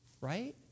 right